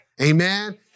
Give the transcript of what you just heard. Amen